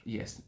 Yes